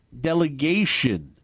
delegation